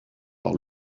par